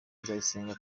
nzayisenga